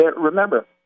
Remember